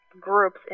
groups